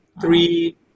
three